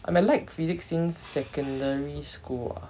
I mean I like physics since secondary school ah